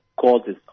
causes